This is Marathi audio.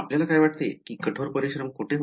आपल्याला काय वाटते की कठोर परिश्रम कुठे होते